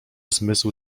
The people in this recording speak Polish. zmysł